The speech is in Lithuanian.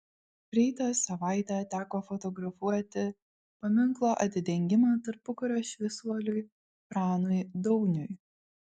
praeitą savaitę teko fotografuoti paminklo atidengimą tarpukario šviesuoliui pranui dauniui